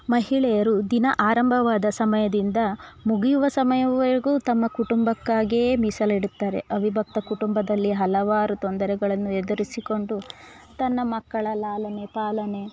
ಮಹಿಳೆಯರು ದಿನ ಆರಂಭವಾದ ಸಮಯದಿಂದ ಮುಗಿಯುವ ಸಮಯವರ್ಗು ತಮ್ಮ ಕುಟುಂಬಕ್ಕಾಗೇ ಮೀಸಲಿಡುತ್ತಾರೆ ಅವಿಭಕ್ತ ಕುಟುಂಬದಲ್ಲಿ ಹಲವಾರು ತೊಂದರೆಗಳನ್ನು ಎದುರಿಸಿಕೊಂಡು ತನ್ನ ಮಕ್ಕಳ ಲಾಲನೆ ಪಾಲನೆ